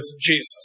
Jesus